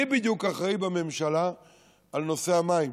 מי בדיוק אחראי בממשלה לנושא המים?